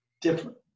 different